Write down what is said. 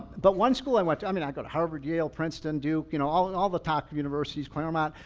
but one school i went to, i mean i go to harvard, yale, princeton, duke, you know all and all the top universities, claremont,